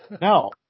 No